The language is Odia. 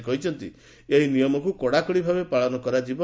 ସେ କହିଛନ୍ତି ଏହି ନିୟମକୁ କଡ଼ାକଡ଼ି ଭାବେ ପାଳନ କରାଯିବ